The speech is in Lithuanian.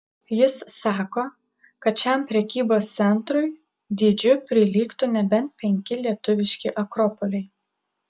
jis sako kad šiam prekybos centrui dydžiu prilygtų nebent penki lietuviški akropoliai